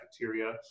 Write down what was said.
cafeteria